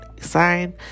sign